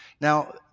Now